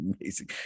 amazing